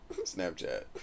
Snapchat